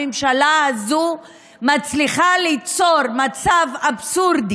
הממשלה הזו מצליחה ליצור מצב אבסורדי